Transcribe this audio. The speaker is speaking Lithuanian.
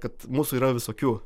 kad mūsų yra visokių